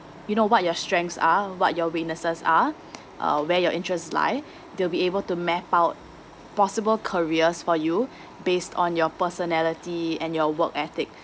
you know what your strengths are what your weaknesses are uh where your interests lie they'll be able to map out possible careers for you based on your personality and your work ethic